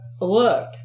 Look